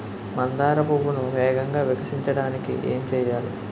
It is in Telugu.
మందార పువ్వును వేగంగా వికసించడానికి ఏం చేయాలి?